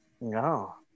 No